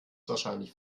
wahrscheinlich